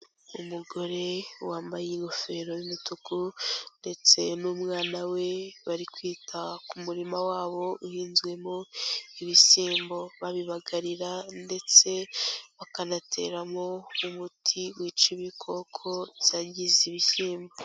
Umugore wambaye ingofero y'umutuku, ndetse n'umwana we, bari kwita ku murima wabo uhinzwemo ibishyimbo. Babibagarira, ndetse bakanateramo umuti wica ibikoko byangiza ibishyimbo.